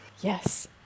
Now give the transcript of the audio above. Yes